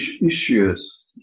issues